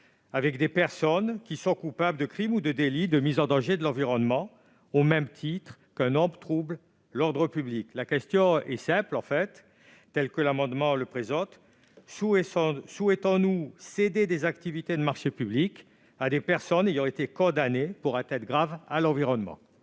avec des personnes qui sont coupables de crime ou de délit de mise en danger de l'environnement, au même titre qu'un homme qui trouble l'ordre public ? La question sous-tendue par ces amendements est simple : souhaitons-nous céder des activités relatives aux marchés publics à des personnes ayant été condamnées pour atteinte grave à l'environnement ?